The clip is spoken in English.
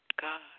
God